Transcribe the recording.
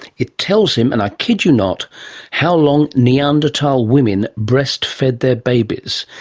it tells him and i kid you not how long neanderthal women breastfed their babies.